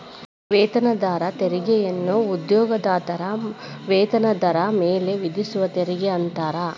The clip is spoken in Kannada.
ವೇತನದಾರ ತೆರಿಗೆಯನ್ನ ಉದ್ಯೋಗದಾತರ ವೇತನದಾರ ಮೇಲೆ ವಿಧಿಸುವ ತೆರಿಗೆ ಅಂತಾರ